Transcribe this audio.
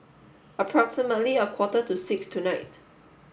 approximately a quarter to six tonight